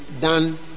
done